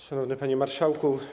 Szanowny Panie Marszałku!